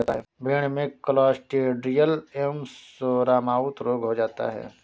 भेड़ में क्लॉस्ट्रिडियल एवं सोरमाउथ रोग हो जाता है